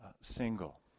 single